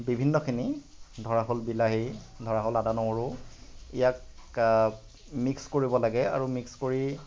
বিভিন্নখিনি ধৰা হ'ল বিলাহী ধৰা হ'ল আদা নহৰু ইয়াক মিক্স কৰিব লাগে আৰু মিক্স কৰি